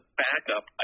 backup